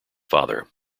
father